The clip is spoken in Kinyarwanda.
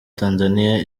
tanzania